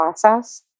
process